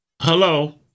Hello